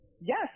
Yes